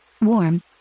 Warm